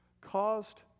caused